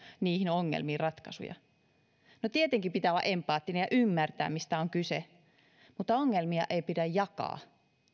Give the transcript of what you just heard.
niihin ongelmiin ratkaisuja tietenkin pitää olla empaattinen ja ymmärtää mistä on kyse mutta ongelmia ei pidä jakaa